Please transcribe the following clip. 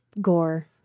gore